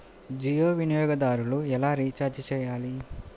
జియో వినియోగదారులు ఎలా రీఛార్జ్ చేయాలి?